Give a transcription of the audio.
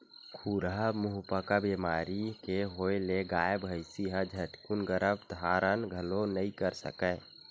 खुरहा मुहंपका बेमारी के होय ले गाय, भइसी ह झटकून गरभ धारन घलोक नइ कर सकय